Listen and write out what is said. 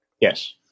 Yes